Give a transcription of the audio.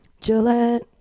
Gillette